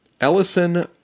Ellison